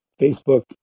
Facebook